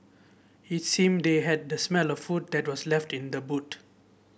it seemed they had the smelt of food that was left in the boot